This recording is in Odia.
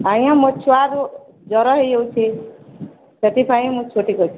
ଆଜ୍ଞା ମୋ ଛୁଆ କୁ ଜର ହେଇଯାଉଛି ସେଥିପାଇଁ ମୁଁ ଛୁଟି କରିଛି